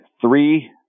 three